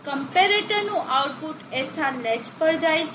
કમ્પેરેટરનું output SR latch પર જાય છે